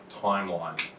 timeline